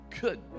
Good